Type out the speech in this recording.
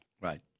Right